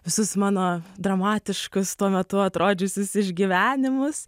visus mano dramatiškus tuo metu atrodžiusius išgyvenimus